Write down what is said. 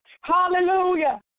Hallelujah